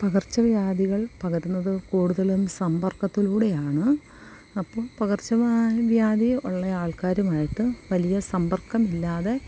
പകർച്ച വ്യാധികൾ പകരുന്നത് കൂടുതലും സമ്പർക്കത്തിലൂടെയാണ് അപ്പം പകർച്ച വ്യാ വ്യാധിയുള്ള ആൾക്കാരുമായിട്ട് വലിയ സമ്പർക്കം ഇല്ലാതെ